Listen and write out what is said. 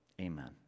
Amen